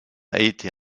été